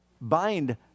Bind